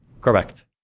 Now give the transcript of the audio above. Correct